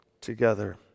together